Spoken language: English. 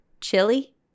chili